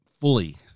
fully